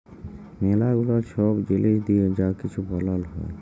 ম্যালা গুলা ছব জিলিস দিঁয়ে যা কিছু বালাল হ্যয়